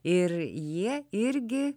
ir jie irgi